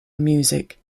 music